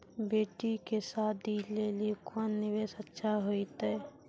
बेटी के शादी लेली कोंन निवेश अच्छा होइतै?